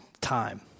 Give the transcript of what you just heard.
time